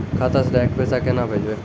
खाता से डायरेक्ट पैसा केना भेजबै?